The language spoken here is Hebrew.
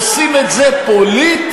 עושים את זה פוליטי.